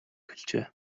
эхэлжээ